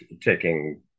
taking